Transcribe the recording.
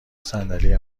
صندلی